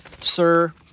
sir